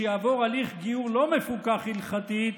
שיעבור הליך גיור לא מפוקח הלכתית,